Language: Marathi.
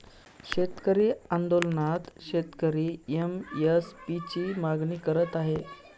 शेतकरी आंदोलनात शेतकरी एम.एस.पी ची मागणी करत आहे